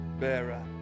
bearer